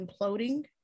imploding